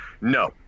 No